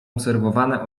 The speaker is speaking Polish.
obserwowane